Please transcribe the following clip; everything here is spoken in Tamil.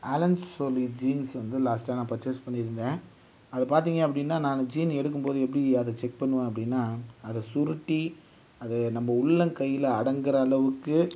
ஆலன் சோலி ஜீன்ஸ் வந்து லாஸ்ட்டாக பர்ச்சஸ் பண்ணிருந்தேன் அதை பார்த்தீங்க அப்படின்னா நான் ஜீன் எடுக்கும் போது எப்படி அதை செக் பண்ணுவேன் அப்படின்னா அதை சுருட்டி அதை நம்ம உள்ளங்கையில் அடங்குகிற அளவுக்கு